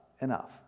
enough